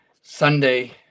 Sunday